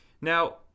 Now